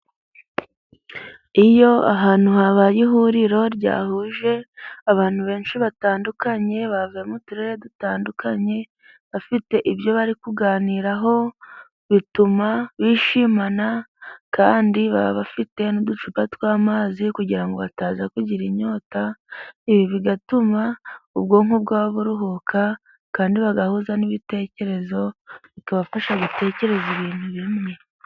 Iyo ahantu habaye ihuriro ryahuje abantu benshi batandukanye ,bavuye mu turere dutandukanye bafite ibyo bari kuganiraho bituma bishimana ,kandi baba bafite n'uducupa tw'amazi kugira ngo bataza kugira inyota, ibi bigatuma ubwonko bwabo buruhuka kandi bagahuza n'ibitekerezo ,bikabafasha gutekereza ibintu bimwe.